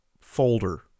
folder